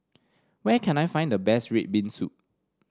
where can I find the best red bean soup